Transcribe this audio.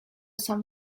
some